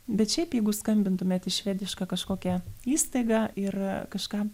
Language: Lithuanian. bet šiaip jeigu skambintumėt į švedišką kažkokią įstaigą ir kažką